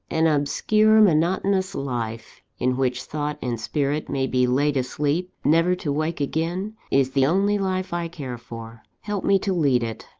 an obscure, monotonous life, in which thought and spirit may be laid asleep, never to wake again, is the only life i care for. help me to lead it.